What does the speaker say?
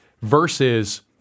versus